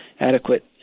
adequate